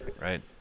right